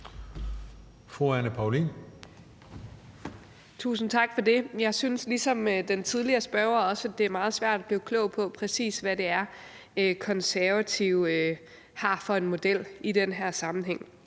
Anne Paulin (S): Tusind tak for det. Jeg synes ligesom den tidligere spørger også, at det er meget svært at blive klog på, præcis hvad for en model, Konservative foreslår i den her sammenhæng.